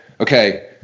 okay